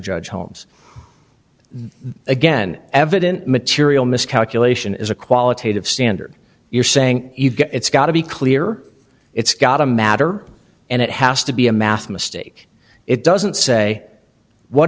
judge homes again evident material miscalculation is a qualitative standard you're saying you get it's got to be clear it's got a matter and it has to be a math mistake it doesn't say what